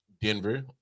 Denver